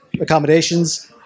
accommodations